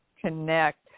connect